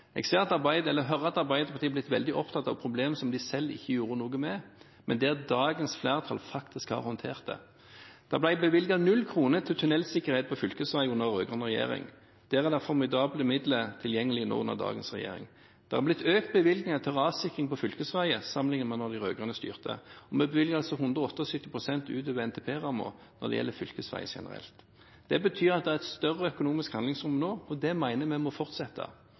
Jeg hører at Arbeiderpartiet er blitt veldig opptatt av problemer som de selv ikke gjorde noe med, men der dagens flertall faktisk har håndtert det. Det ble bevilget null kroner til tunnelsikkerhet på fylkesveiene under rød-grønn regjering. Der er det tilgjengelig formidable midler nå under dagens regjering. Bevilgninger til rassikring på fylkesveiene er økt sammenlignet med da de rød-grønne styrte, og vi bevilger 178 pst. utover NTP-rammen til fylkesveier generelt. Det betyr at det er et større økonomisk handlingsrom nå, og det mener jeg må fortsette.